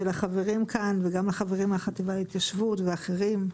ולחברים כאן וגם לחברים מהחטיבה להתיישבות ואחרים: